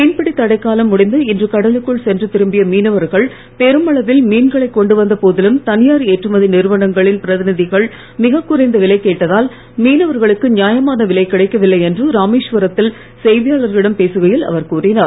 மீன்பிடி தடைக்காலம் முடிந்து இன்று கடலுக்குள் சென்று திரும்பிய மீனவர்கள் பெருமளவில் மீன்களை கொண்டு வந்த போதிலும் தனியார் ஏற்றுமதி நிறுவனங்களின் பிரதிநிதிகள் மிகக் குறைந்த விலை கேட்டதால் மீனவர்களுக்கு நியாயமான விலை கிடைக்கவில்லை என்று ராமேஸ்வரத்தில் செய்தியாளர்களிடம் பேசுகையில் அவர் கூறினார்